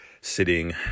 sitting